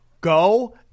go